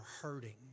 hurting